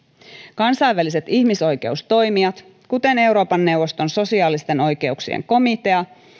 kansainväliset ihmisoikeustoimijat kuten euroopan neuvoston sosiaalisten oikeuksien komitea